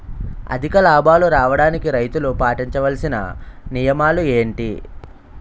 అధిక లాభాలు రావడానికి రైతులు పాటించవలిసిన నియమాలు ఏంటి